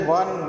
one